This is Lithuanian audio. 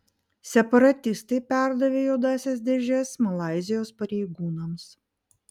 separatistai perdavė juodąsias dėžes malaizijos pareigūnams